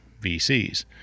VCs